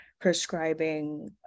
prescribing